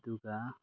ꯑꯗꯨꯒ